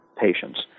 patients